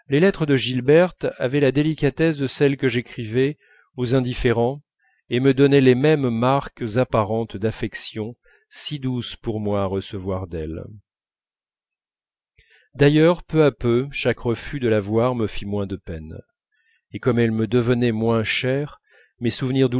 les lettres de gilberte avaient la délicatesse de celles que j'écrivais aux indifférents et me donnaient les mêmes marques apparentes d'affection si douces pour moi à recevoir d'elle d'ailleurs peu à peu chaque refus de la voir me fit moins de peine et comme elle me devenait moins chère mes souvenirs